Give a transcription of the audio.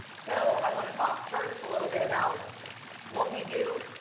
so i want to talk first a little bit about what we do,